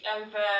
over